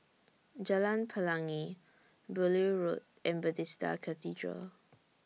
Jalan Pelangi Beaulieu Road and Bethesda Cathedral